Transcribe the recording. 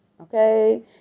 Okay